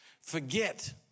forget